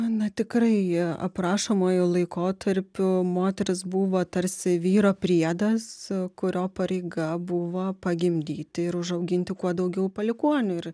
na tikrai aprašomuoju laikotarpiu moteris buvo tarsi vyro priedas kurio pareiga buvo pagimdyti ir užauginti kuo daugiau palikuonių ir